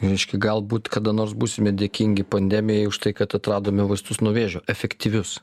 reiškia galbūt kada nors būsime dėkingi pandemijai už tai kad atradome vaistus nuo vėžio efektyvius